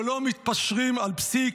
שלא מתפשרים על פסיק,